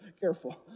Careful